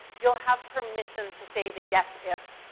you'll have permission to say the yes if,